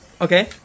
Okay